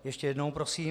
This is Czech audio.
Ještě jednou prosím.